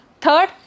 Third